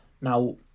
Now